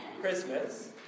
Christmas